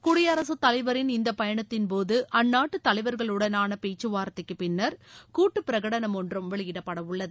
குடியரசுத்தலைவரின் இந்த பயணத்தின்போது அந்நாட்டு தலைவர்களுடனான பேச்கவார்த்தைக்கு பின்னர் கூட்டு பிரகடனம் ஒன்றும் வெளியிடப்படவுள்ளது